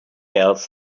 else